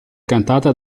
cantata